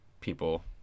people